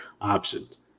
options